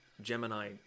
Gemini